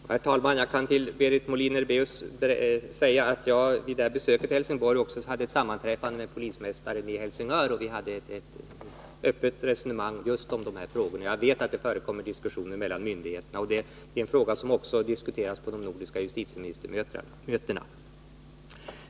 Herr talman! Jag vill till Berit Mohlin-Erbeus säga att jag vid mitt besök i Helsingborg också hade ett sammanträffande med polismästaren i Helsingör, och vi hade ett öppet resonemang just om de här frågorna. Jag vet att det förekommer diskussioner mellan myndigheterna. Det är en fråga som också diskuteras på de nordiska justitieministermötena.